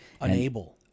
unable